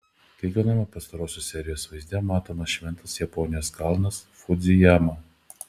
kiekviename pastarosios serijos vaizde matomas šventas japonijos kalnas fudzijama